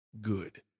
good